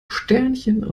sternchen